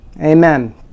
Amen